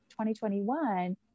2021